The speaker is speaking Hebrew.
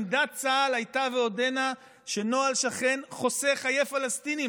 עמדת צה"ל הייתה ועודנה שזה נוהל שכן חוסך חיי פלסטינים.